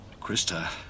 Krista